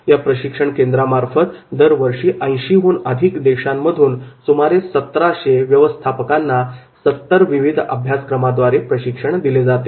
या प्रशिक्षण केंद्रामार्फत दरवर्षी 80 हून अधिक देशांमधून सुमारे 1700 व्यवस्थापकांना 70 विविध अभ्यासक्रमाद्वारे प्रशिक्षण दिले जाते